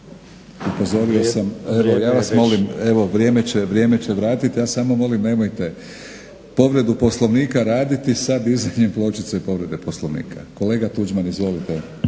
ne razumije./ … Evo vrijeme će vratiti, ja samo molim nemojte povredu Poslovnika raditi sa dizanjem pločice povrede Poslovnika. Kolega Tuđman izvolite.